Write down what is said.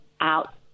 out